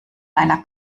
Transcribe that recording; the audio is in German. einer